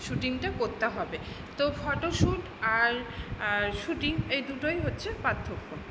শ্যুটিংটা করতে হবে তো ফটোশ্যুট আর আর শ্যুটিং এই দুটোই হচ্ছে পার্থক্য